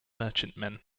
merchantmen